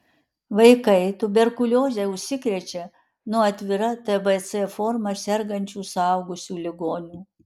vaikai tuberkulioze užsikrečia nuo atvira tbc forma sergančių suaugusių ligonių